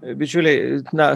bičiuliai na